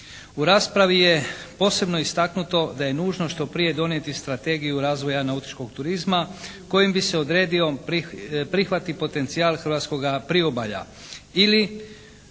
U raspravi je posebno istaknuto da je nužno što prije donijeti Strategiju razvoja nautičkog turizma kojom bi se odredio prihvat i potencijal hrvatskoga priobalja. Ili